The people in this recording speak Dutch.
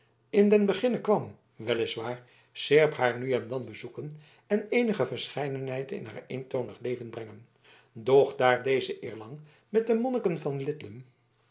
in den beginne kwam wel is waar seerp haar nu en dan bezoeken en eenige verscheidenheid in haar eentonig leven brengen doch daar deze eerlang met de monniken van